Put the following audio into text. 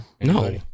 No